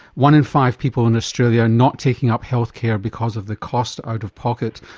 one in five people in australia are not taking up healthcare because of the cost out of pocket,